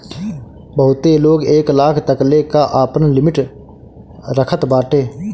बहुते लोग एक लाख तकले कअ आपन लिमिट रखत बाटे